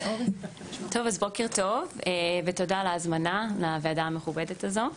בוקר טוב ותודה על ההזמנה לוועדה המכובדת הזאת.